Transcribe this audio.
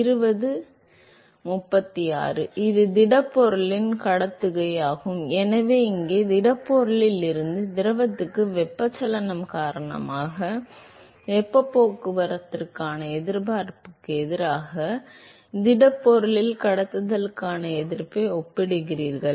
மாணவர் இது திடப்பொருளின் கடத்துகையாகும் எனவே இங்கே திடப்பொருளில் இருந்து திரவத்திற்கு வெப்பச்சலனம் காரணமாக வெப்பப் போக்குவரத்திற்கான எதிர்ப்பிற்கு எதிராக திடப்பொருளில் கடத்துதலுக்கான எதிர்ப்பை ஒப்பிடுகிறீர்கள்